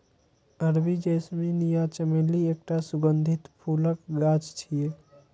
अरबी जैस्मीन या चमेली एकटा सुगंधित फूलक गाछ छियै